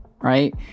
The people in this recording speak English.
right